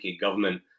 government